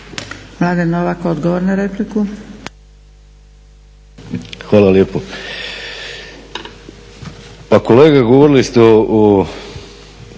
Hvala lijepa.